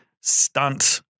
stunt